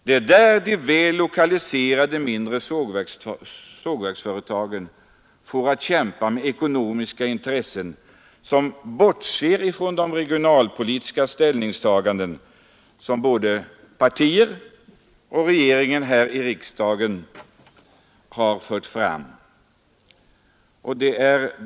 Det är där de vällokaliserade mindre sågverksföretagen får att kämpa med ekonomiska intressen, som bortser från de regionalpolitiska synpunkter som både partier och regeringen här i riksdagen har fört fram.